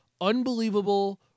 unbelievable